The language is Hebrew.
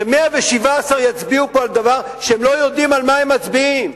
ש-117 יצביעו פה על דבר כשהם לא יודעים על מה הם מצביעים,